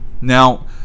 Now